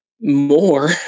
more